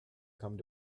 come